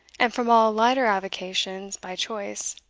and from all lighter avocationas by choice,